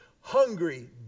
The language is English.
hungry